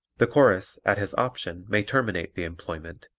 the chorus, at his option may terminate the employment,